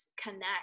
connect